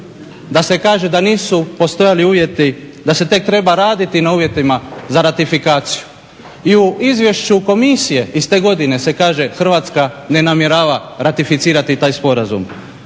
da se kaže da nisu postajali uvjeti da se tek treba raditi na uvjetima za ratifikaciju. I u izvješću komisije iz te godine se kaže Hrvatska ne namjerava ratificirati taj sporazum.